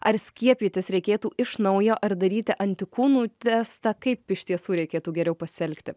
ar skiepytis reikėtų iš naujo ar daryti antikūnų testą kaip iš tiesų reikėtų geriau pasielgti